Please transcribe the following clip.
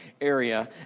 area